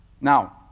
Now